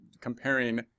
comparing